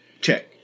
check